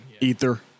ether